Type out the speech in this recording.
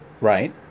Right